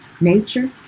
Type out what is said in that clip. nature